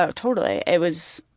ah totally. it was,